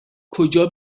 کجا